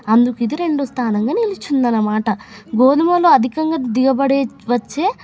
అందుకు ఇది రెండో స్థానంగా నిలిచింది అన్నమాట గోధుమలు అధికంగా దిగబడి వచ్చే